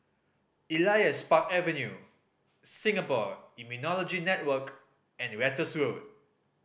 Elias Park Avenue Singapore Immunology Network and Ratus Road